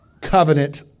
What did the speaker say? covenant